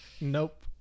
Nope